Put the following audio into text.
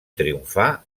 triomfar